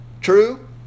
True